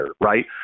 Right